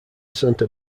santa